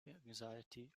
anxiety